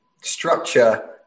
structure